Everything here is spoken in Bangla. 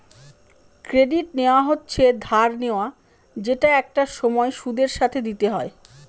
ক্রেডিট নেওয়া হচ্ছে ধার নেওয়া যেটা একটা সময় সুদের সাথে দিতে হয়